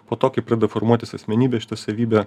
po to kai pradeda formuotis asmenybė šita savybė